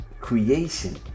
creation